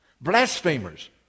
Blasphemers